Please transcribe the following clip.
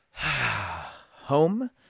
home